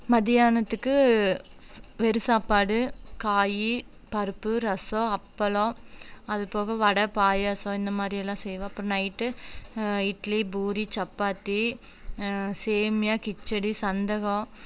மத்தியானத்துக்கு வெறும் சாப்பாடு காய் பருப்பு ரசம் அப்பளம் அதுபோக வடை பாயாசம் இந்த மாதிரியெல்லாம் செய்வேன் அப்புறம் நைட்டு இட்லி பூரி சப்பாத்தி சேமியா கிச்சடி சந்தகம்